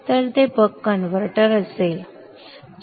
तर ते buck converter असेल